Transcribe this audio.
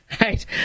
right